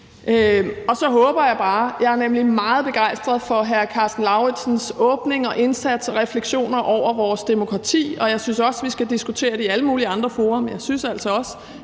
Og så håber jeg bare – for jeg er nemlig meget begejstret for hr. Karsten Lauritzens åbning, indsats og refleksioner over vores demokrati – at vi også skal diskutere det i alle mulige andre fora. Men jeg synes altså også,